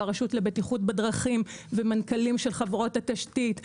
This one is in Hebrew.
הרשות לבטיחות בדרכים ומנכ"לים של חברות התשתית,